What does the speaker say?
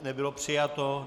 Nebylo přijato.